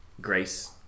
Grace